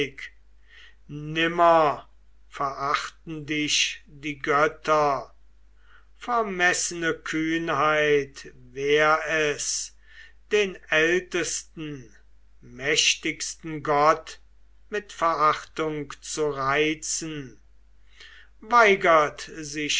nimmer verachten dich die götter vermessene kühnheit wär es den ältesten mächtigsten gott mit verachtung zu reizen weigert sich